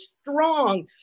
strong